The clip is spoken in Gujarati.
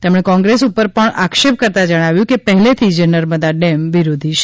તેમણે કોંગ્રેસ ઉપર પણ આક્ષેપ કરતાં જણાવ્યું કે તે પહેલેથી જ નર્મદા ડેમ વિરોધી છે